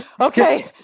okay